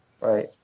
Right